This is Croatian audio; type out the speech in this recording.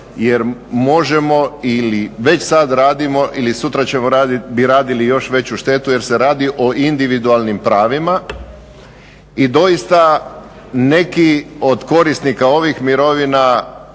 jer možemo ili već sada radimo ili sutra bi radili još veću štetu jer se radi o individualnim pravima. Doista neki od korisnika ovih mirovina